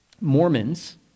Mormons